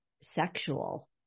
sexual